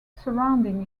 surrounding